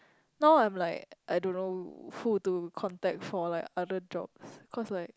now I'm like I don't know who to contact for like other jobs cause like